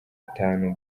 atanu